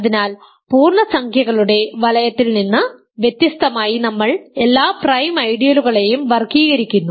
അതിനാൽ പൂർണ്ണസംഖ്യകളുടെ വലയത്തിൽ നിന്ന് വ്യത്യസ്തമായി നമ്മൾ എല്ലാ പ്രൈം ഐഡിയലുകളെയും വർഗ്ഗീകരിക്കുന്നു